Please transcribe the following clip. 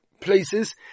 places